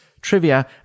trivia